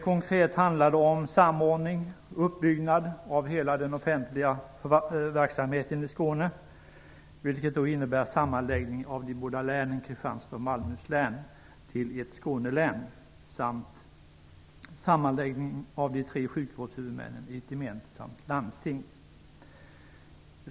Konkret handlar det om samordning och uppbyggnad av hela den offentliga verksamheten i Skåne, vilket innebär sammanläggning av de båda länen, Kristianstads och Malmöhus län, till ett Skånelän samt sammanläggning av de tre sjukvårdshuvudmännen till ett gemensamt landsting.